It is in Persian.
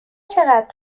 چقدر